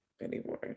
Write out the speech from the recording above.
anymore